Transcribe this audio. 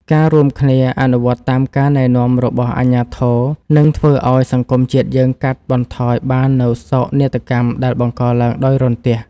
ការរួមគ្នាអនុវត្តតាមការណែនាំរបស់អាជ្ញាធរនឹងធ្វើឱ្យសង្គមជាតិយើងកាត់បន្ថយបាននូវសោកនាដកម្មដែលបង្កឡើងដោយរន្ទះ។